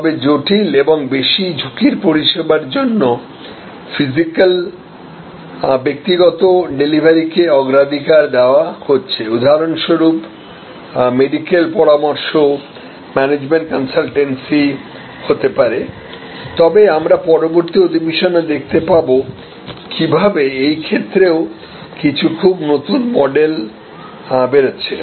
তবে জটিল এবং বেশি ঝুঁকির পরিষেবার জন্য ফিজিক্যাল ব্যক্তিগত ডেলিভারিকে অগ্রাধিকার দেওয়া হচ্ছে উদাহরণস্বরূপ মেডিকেল পরামর্শ ম্যানেজমেন্ট কনসালটেন্সি হতে পারে তবে আমরা পরবর্তী অধিবেশনে দেখতে পাব কীভাবে এই ক্ষেত্রেও কিছু খুব নতুন মডেল বের হচ্ছে